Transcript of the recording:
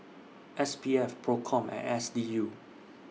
S P F PROCOM and S D U